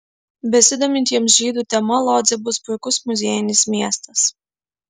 besidomintiems žydų tema lodzė bus puikus muziejinis miestas